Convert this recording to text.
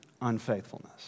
unfaithfulness